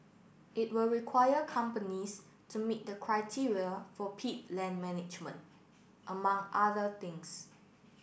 it will require companies to meet the criteria for peat land management among other things